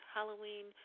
Halloween